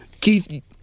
Keith